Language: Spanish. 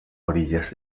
orillas